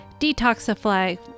detoxify